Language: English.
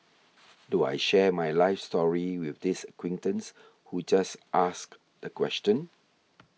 do I share my life story with this acquaintance who just asked the question